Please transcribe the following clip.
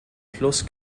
plus